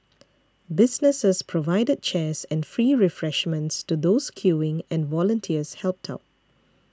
businesses provided chairs and free refreshments to those queuing and volunteers helped out